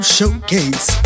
Showcase